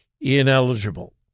ineligible